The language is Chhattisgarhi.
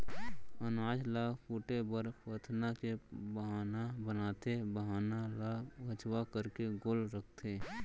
अनाज ल कूटे बर पथना के बाहना बनाथे, बाहना ल खंचवा करके गोल रखथें